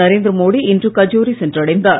நரேந்திரமோடி இன்று கஜோரி சென்றடைந்தார்